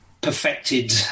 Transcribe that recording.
perfected